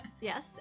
Yes